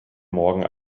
morgen